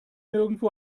nirgendwo